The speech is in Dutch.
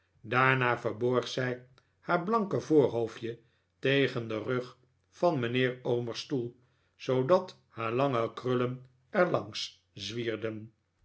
daarna verborg zij haar blanke voorhoofdje tegen den rug van mijnheer omer's stoel zoodat haar lange krullen er langs zwierden